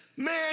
man